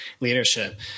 leadership